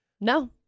No